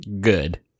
good